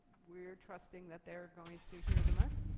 we're trusting that they're going to hear the message.